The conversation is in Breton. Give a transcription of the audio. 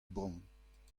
bremañ